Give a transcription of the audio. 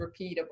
repeatable